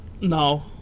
No